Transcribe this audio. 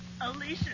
Alicia